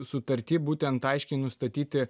sutarty būtent aiškiai nustatyti